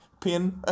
pin